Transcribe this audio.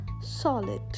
solid